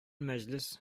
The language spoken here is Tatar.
мәҗлес